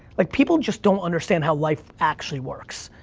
like, people just don't understand how life actually works,